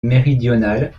méridional